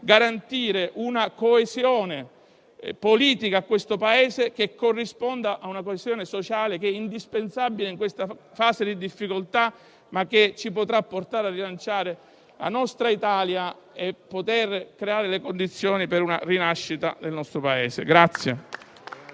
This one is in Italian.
garantire coesione politica al nostro Paese che corrisponde alla coesione sociale, che è indispensabile in questa fase di difficoltà e ci potrà portare a rilanciare la nostra Italia e a creare le condizioni per una sua rinascita.